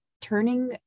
turning